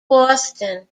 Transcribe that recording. boston